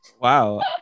wow